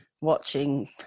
watching